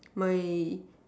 my